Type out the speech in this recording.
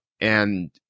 And-